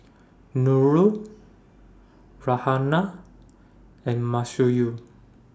Nurul Raihana and